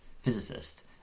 physicist